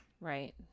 Right